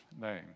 name